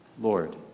Lord